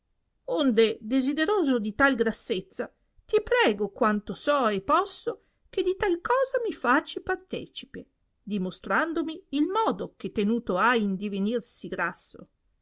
onde desideroso di tal grassezza ti prego quanto so e posso che di tal cosa mi faci partecipe dimostrandomi il modo che tenuto hai in divenir sì grasso